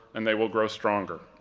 and they will grow stronger.